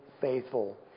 faithful